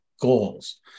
goals